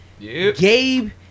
Gabe